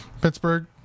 Pittsburgh